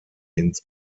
ins